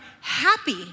happy